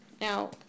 Now